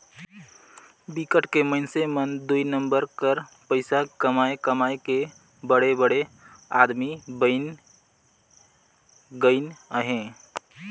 बिकट के मइनसे मन दुई नंबर कर पइसा कमाए कमाए के बड़े बड़े आदमी बइन गइन अहें